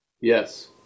Yes